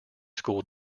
school